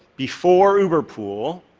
before uberpool,